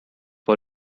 for